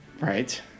Right